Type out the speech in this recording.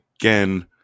again